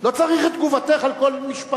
לא צריך את תגובתך על כל משפט.